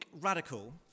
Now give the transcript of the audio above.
radical